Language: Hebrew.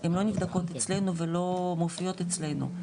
הן לא נבדקות אצלנו ולא מופיעות אצלנו.